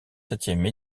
septième